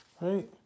right